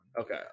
okay